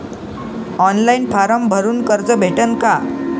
Online form भरून कर्ज भेटन का?